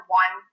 one